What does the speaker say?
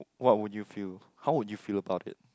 what would you feel how would you feel about it